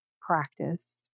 Practice